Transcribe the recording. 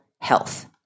health